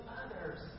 others